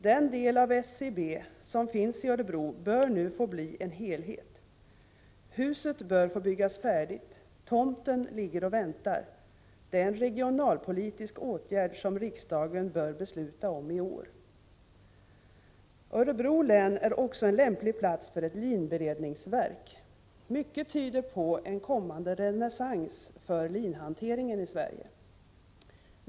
Den del av SCB som finns i Örebro bör nu få bli en helhet. Huset bör få byggas färdigt. Tomten ligger och väntar. Det är en regionalpolitisk åtgärd som riksdagen bör besluta om i år. Örebro län är också en lämplig plats för ett linberedningsverk. Mycket tyder på en kommande renässans för linhanteringen i Sverige.